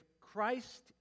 Christ